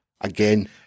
again